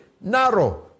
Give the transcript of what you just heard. narrow